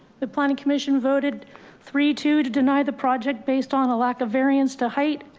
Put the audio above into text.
the planning commission voted three to to deny the project based on the lack of variance to height,